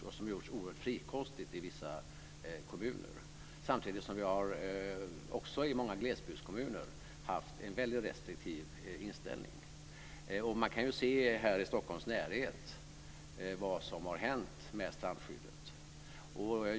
Dispenser har givits oerhört frikostigt i vissa kommuner. Samtidigt har det i många glesbygdskommuner funnits en väldigt restriktiv inställning. Man kan i Stockholms närhet se vad som har hänt med strandskyddet.